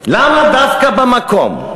למה דווקא במקום,